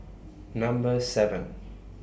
Number seven